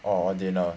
or dinner